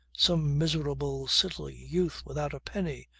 some miserable, silly youth without a penny.